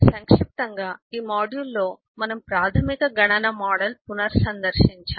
సంక్షిప్తంగాఈ మాడ్యూల్లో మనము ప్రాథమిక గణన మోడల్ పునర్సందర్శించాము